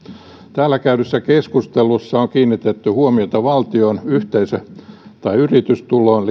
täällä käydyssä keskustelussa on kiinnitetty huomiota valtion yhteisö tai yritystuloon